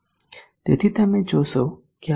તેથી તમે જોશો કે આ પોટેન્શીયલ V0 પર છે